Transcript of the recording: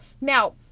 Now